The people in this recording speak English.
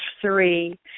Three